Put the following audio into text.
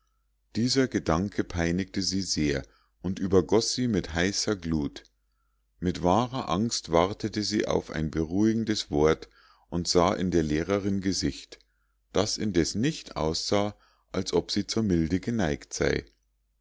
dieser gedanke peinigte sie sehr und übergoß sie mit heißer glut mit wahrer angst wartete sie auf ein beruhigendes wort und sah in der lehrerin gesicht das indes nicht aussah als ob sie zur milde geneigt sei